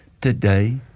today